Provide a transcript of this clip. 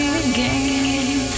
again